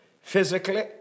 physically